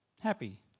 happy